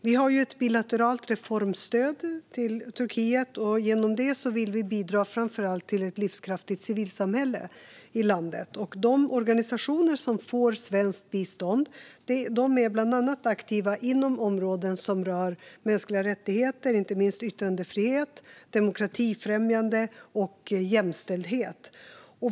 Vi har ett bilateralt reformstöd till Turkiet, och genom det vill vi bidra framför allt till ett livskraftigt civilsamhälle i landet. De organisationer som får svenskt bistånd är bland annat aktiva inom områden som rör mänskliga rättigheter, inte minst yttrandefrihet, demokratifrämjande och jämställdhet.